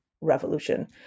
revolution